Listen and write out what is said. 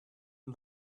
and